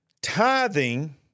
Tithing